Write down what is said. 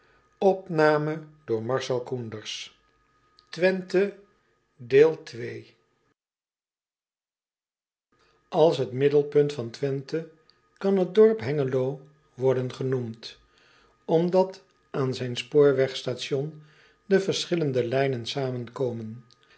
gehad ls het middelpunt van wenthe kan het dorp e n g e l o worden genoemd omdat aan zijn spoorwegstation de verschillende lijnen zamenkomen